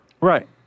Right